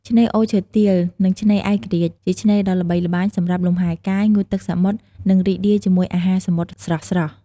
ឆ្នេរអូរឈើទាល និងឆ្នេរឯករាជ្យ ជាឆ្នេរដ៏ល្បីល្បាញសម្រាប់លំហែកាយ ងូតទឹកសមុទ្រ និងរីករាយជាមួយអាហារសមុទ្រស្រស់ៗ។